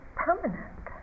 permanent